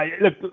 look